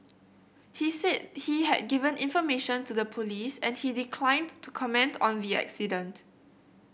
he said he had given information to the police and he declined to comment on the accident